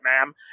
ma'am